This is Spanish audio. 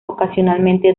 ocasionalmente